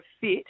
fit